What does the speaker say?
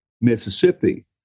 Mississippi